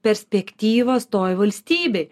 perspektyvas toj valstybėj